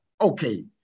Okay